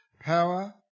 Power